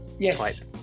yes